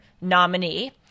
nominee